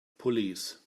pulleys